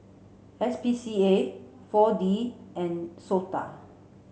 S P C A four D and SOTA